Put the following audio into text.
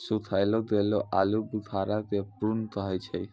सुखैलो गेलो आलूबुखारा के प्रून कहै छै